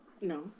No